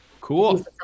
Cool